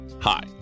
Hi